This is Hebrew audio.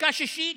מכה שישית: